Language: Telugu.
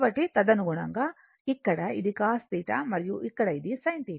కాబట్టి తదనుగుణంగా ఇక్కడ ఇది cos θ మరియు ఇక్కడ ఇది sin θ